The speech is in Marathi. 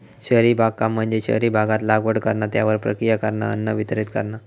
शहरी बागकाम म्हणजे शहरी भागात लागवड करणा, त्यावर प्रक्रिया करणा, अन्न वितरीत करणा